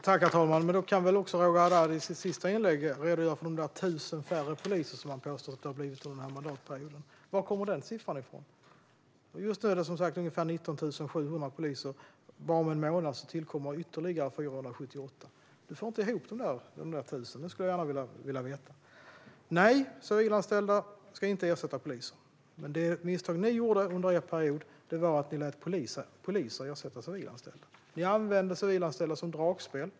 Herr talman! Då kan väl Roger Haddad i sitt sista inlägg redogöra för de 1 000 färre poliser som han påstår att det har blivit under den här mandatperioden. Var kommer den siffran ifrån? Just nu finns det som sagt var ungefär 19 700 poliser. Bara om en månad tillkommer ytterligare 478. Roger Haddad får inte ihop de där 1 000 färre, så jag skulle gärna vilja veta var siffran kommer ifrån. Nej - civilanställda ska inte ersätta poliser. Men det misstag ni gjorde under er period var att ni lät poliser ersätta civilanställda. Ni använde civilanställda som dragspel.